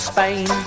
Spain